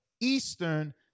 eastern